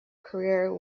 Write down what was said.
career